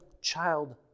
child